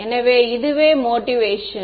எனவே இதுவே எனது மோட்டிவேஷன்